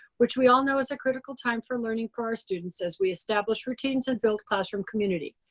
which we all know is a critical time for learning for our students as we establish routines and build classroom community.